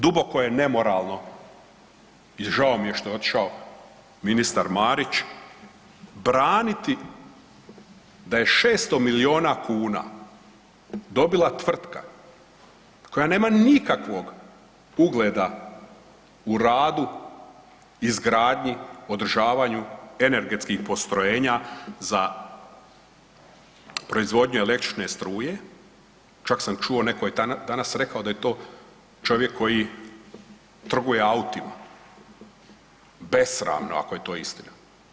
Duboko je nemoralno i žao mi je što je otišao ministar Marić braniti da je 600 milijuna kuna dobila tvrtka koja nema nikakvog ugleda u radu, izgradnji, održavanju energetskih postrojenja za proizvodnju električne struje, čak sam čuo neko je danas rekao da je to čovjek koji trguje autima, besramno ako je to istina.